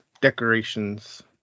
decorations